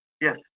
Yes